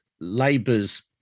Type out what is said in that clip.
Labour's